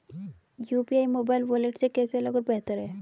UPI mobile wallet से कैसे अलग और बेहतर है?